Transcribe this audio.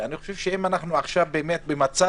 באמת.